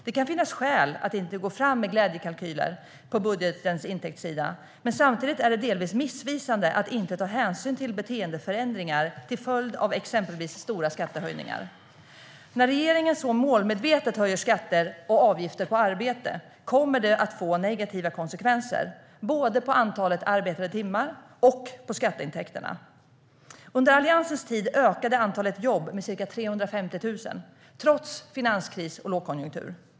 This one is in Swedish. Det kan finnas skäl att inte gå fram med glädjekalkyler på budgetens intäktssida, men samtidigt är det delvis missvisande att inte ta hänsyn till beteendeförändringar till följd av exempelvis stora skattehöjningar. När regeringen så målmedvetet höjer skatter och avgifter på arbete kommer det att få negativa konsekvenser, både på antalet arbetade timmar och på skatteintäkterna. Under Alliansens tid ökade antalet jobb med ca 350 000, trots finanskris och lågkonjunktur.